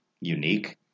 unique